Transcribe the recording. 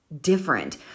different